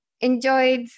enjoyed